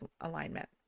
alignment